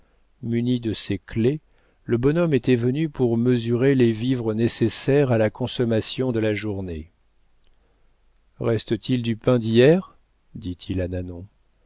muni de ses clefs le bonhomme était venu pour mesurer les vivres nécessaires à la consommation de la journée reste-t-il du pain d'hier dit-il à